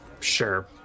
Sure